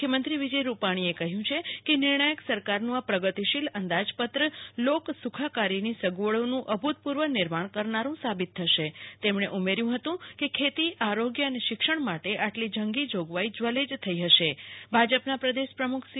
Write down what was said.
મુખ્યમંત્રી વિજય રૂપાણીએ કહ્યું છે કે નિર્ણાયક સરકારનું આ પ્રગતિશીલ અંદાજપત્ર લોકસુખાકારીની સગવડોનું અભૂ તપૂર્વ નિર્માણ કરનાડું સાબિત થશેતેમણે ઉમેર્યું હતું કે ખેતી આરોગ્ય અને શિક્ષણ માટે આટલી જં ગી જોગવાઈ જવલ્લેજ થઈ હથે ભાજપના પ્રદેશ પ્રમુખ સી